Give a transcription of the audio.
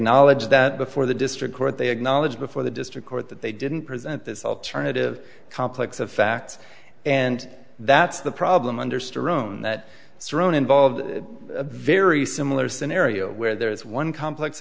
acknowledged that before the district court they acknowledged before the district court that they didn't present this alternative complex of facts and that's the problem understeer own that thrown involved a very similar scenario where there is one complex